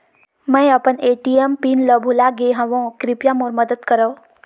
मैं अपन ATM PIN ल भुला गे हवों, कृपया मोर मदद करव